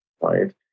right